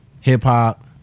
hip-hop